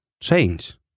change